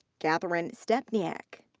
catherine stepniak.